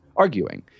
Arguing